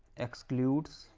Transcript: excludes